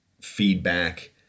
feedback